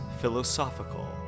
Philosophical